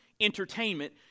entertainment